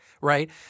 right